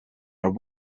are